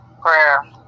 prayer